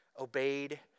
obeyed